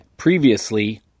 Previously